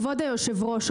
כבוד היושב ראש,